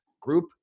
group